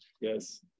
Yes